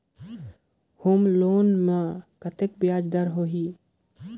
Home loan मे कतेक ब्याज दर होही?